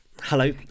hello